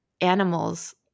animals